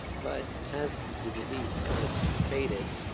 but as the disease kind of faded,